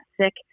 sick